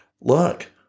Look